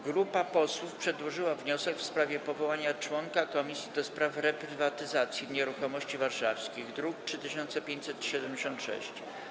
Grupa posłów przedłożyła wniosek w sprawie powołania członka Komisji do spraw reprywatyzacji nieruchomości warszawskich, druk nr 3576.